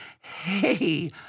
hey